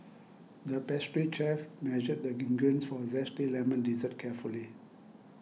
the pastry chef measured the ingredients for a Zesty Lemon Dessert carefully